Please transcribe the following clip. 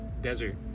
desert